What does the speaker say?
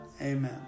Amen